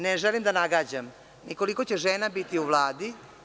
Ne želim da nagađam koliko će žena biti u Vladi.